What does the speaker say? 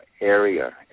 area